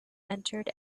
entered